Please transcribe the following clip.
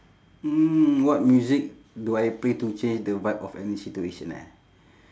mm what music do I play to change the vibe of any situation eh